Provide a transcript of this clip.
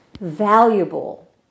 valuable